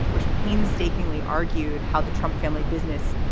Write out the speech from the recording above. which painstakingly argued how the trump family business,